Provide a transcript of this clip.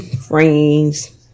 Friends